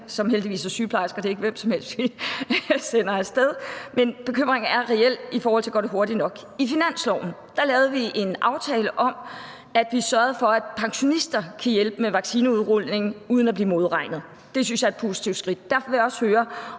er heldigvis sygeplejersker; det er ikke hvem som helst, vi sender af sted. Men bekymringen er reel, i forhold til om det går hurtigt nok. I finansloven lavede vi en aftale, hvor vi sørgede for, at pensionister kan hjælpe med vaccineudrulningen uden at blive modregnet. Det synes jeg er et positivt skridt, og derfor vil jeg også høre,